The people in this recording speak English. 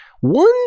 one